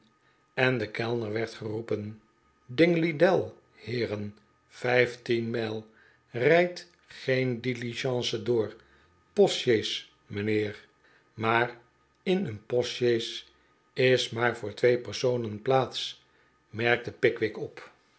en de kellner werd geroepen dingley dell heeren vijftien mijl rijdt geen diligence door postsjees mijnheer maar in een postsjees is maar voor twee personen plaats raerkte pickwick op